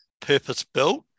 purpose-built